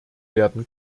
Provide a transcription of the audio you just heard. werden